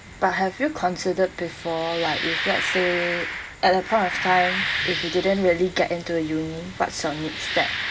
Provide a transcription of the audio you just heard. but have you considered before like if let's say at that point of time if you didn't really get into a uni what's your next step